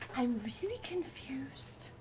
i'm really confused.